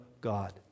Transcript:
God